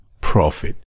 profit